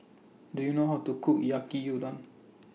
Do YOU know How to Cook Yaki Udon